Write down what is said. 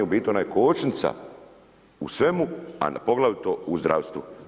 U biti, ona je kočnica u svemu, a poglavito u zdravstvu.